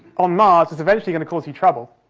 on mars is eventually going to cause you trouble,